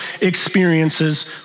experiences